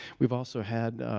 we've also had